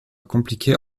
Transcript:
compliquer